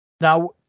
Now